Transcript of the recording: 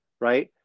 Right